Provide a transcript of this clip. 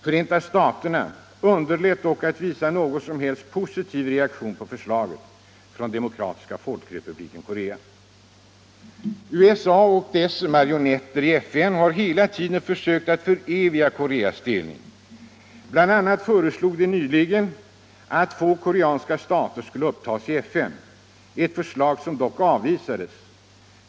Förenta staterna underlät dock att visa någon som helst positiv reaktion på förslaget från Demokratiska folkrepubliken Korea. USA och deras marionetter i FN har hela tiden försökt att föreviga Koreas delning. Bl. a. föreslog de nyligen att två koreanska stater skulle upptas i FN, ett förslag som dock avvisades.